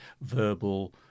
verbal